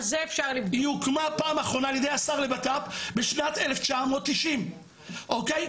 היא הוקמה פעם אחרונה על ידי השר לבט"פ בשנת 1990. אוקיי?